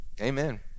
Amen